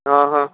हा हा